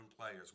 players